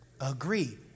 agree